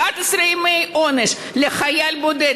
11 ימי עונש לחייל בודד.